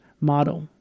model